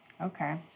Okay